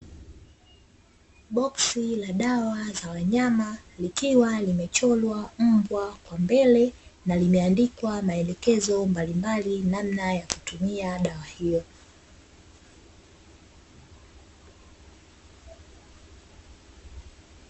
Boksi la dawa za wanyama, likiwa limechorwa mbwa kwa mbele na limeandikwa maelekezo mbalimbali namna ya kutumia dawa hiyo.